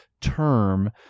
term